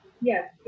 yes